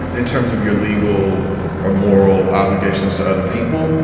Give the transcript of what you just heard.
in terms of your legal or moral obligations to other people.